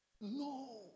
No